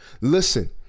Listen